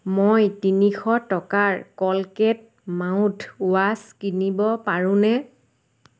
মই তিনিশ টকাৰ কলগেট মাউথৱাছ কিনিব পাৰোঁনে